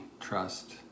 trust